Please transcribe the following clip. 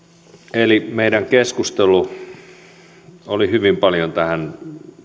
eli meidän keskustelumme mitä oli oli hyvin paljon tähän